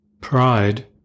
Pride